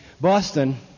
boston